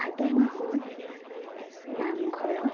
ভাদ মাহত নামঘৰত